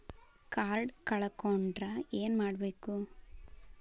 Card ಕಳ್ಕೊಂಡ್ರ ಏನ್ ಮಾಡಬೇಕು?